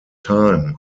time